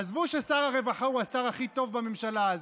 עזבו ששר הרווחה הוא השר הכי טוב בממשלה הזו,